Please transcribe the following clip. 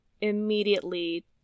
immediately